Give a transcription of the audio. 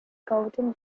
golden